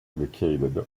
advocated